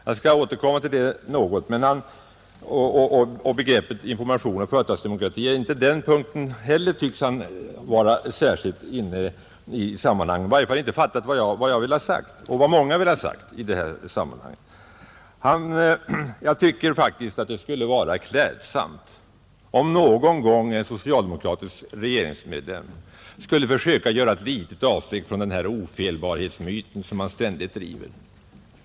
Jag skall återkomma till 1 juni 1971 själva begreppen information och företagsdemokrati. När det gäller företagsdemokrati tycks herr Löfberg inte vara särskilt inne i samman AN8. tillämpningen hangen. Han har i varje fall inte fattat vad jag och många andra vill ha av företagsdemosagt i det avseendet. kratiska principer Det skulle faktiskt vara klädsamt om någon gång en socialdemokratisk inom den statliga regeringsmedlem skulle försöka att göra ett litet avsteg från den ”erksamheten ofelbarhetsmyt man ständigt driver.